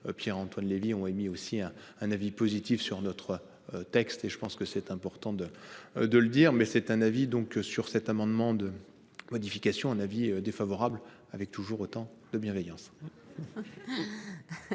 Pierre-Antoine Levi ont émis aussi hein. Un avis positif sur notre texte et je pense que c'est important de de le dire, mais c'est un avis donc sur cet amendement de modification un avis défavorable avec toujours autant de bienveillance.